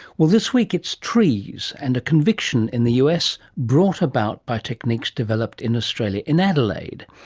well, this week it's trees, and a conviction in the us brought about by techniques developed in australia, in adelaide.